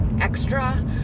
extra